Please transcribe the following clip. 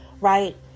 right